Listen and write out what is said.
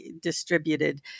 distributed